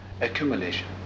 accumulation